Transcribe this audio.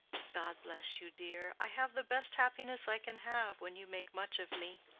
god bless you, dear i have the best happiness i can have, when you make much of me.